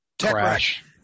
crash